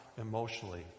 emotionally